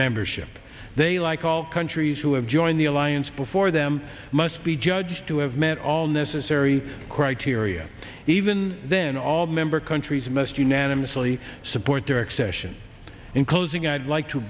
membership they like all countries who have joined the alliance before them must be judged to have met all necessary criteria even then all member countries must unanimously support their accession in closing i'd like to